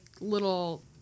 little –